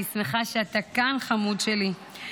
אני שמחה שאתה כאן, חמוד שלי.